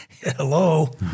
Hello